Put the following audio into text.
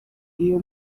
iyo